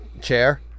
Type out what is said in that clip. chair